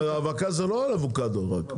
אבל האבקה זה לא על אבוקדו רק.